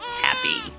happy